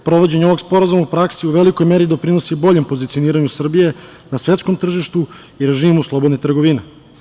Sprovođenju ovog sporazuma u praksi u velikoj meri doprinosi boljem pozicioniranju Srbije na svetskom tržištu i režimu slobodne trgovine.